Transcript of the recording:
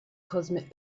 cosmic